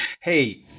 Hey